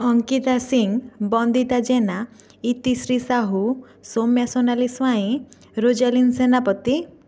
Ankita Singh Bandita Jena Itishree Sahu Soumya Sonali Swain Rojalin Senapati